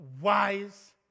wise